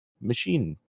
machine